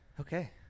Okay